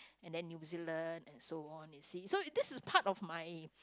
and then New-Zealand and so on and see so this is part of my